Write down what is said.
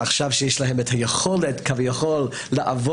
עכשיו שיש להם את היכולת כביכול לעבוד,